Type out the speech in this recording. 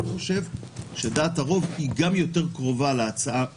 אבל אני חושב שדעת הרוב יותר קרובה להצעה שלי,